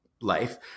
life